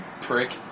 prick